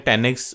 10x